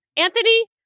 Anthony